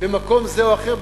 במקום זה או אחר,